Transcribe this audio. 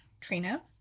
Trina